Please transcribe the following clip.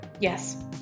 Yes